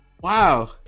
Wow